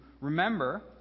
Remember